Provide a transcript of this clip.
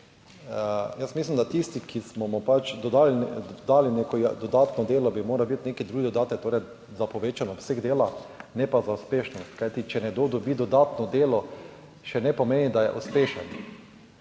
jaz mislim, da tisti, ki smo mu pač dodali, dali neko dodatno delo, bi moral biti nek drug dodatek, torej za povečan obseg dela, ne pa za uspešnost, kajti če nekdo dobi dodatno delo, še ne pomeni, da je uspešen.